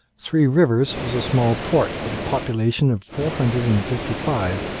three rivers was a small port with a population of four hundred and fifty five,